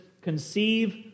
conceive